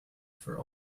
for